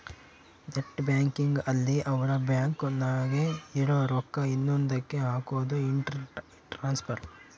net banking ಅಲ್ಲಿ ಅವ್ರ bank ನಾಗೇ ಇರೊ ರೊಕ್ಕ ಇನ್ನೊಂದ ಕ್ಕೆ ಹಕೋದು ಇಂಟ್ರ ಟ್ರಾನ್ಸ್ಫರ್